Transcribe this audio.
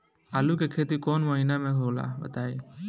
आलू के खेती कौन महीना में होला बताई?